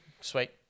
Sweet